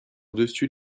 dessus